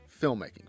filmmaking